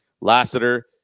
Lassiter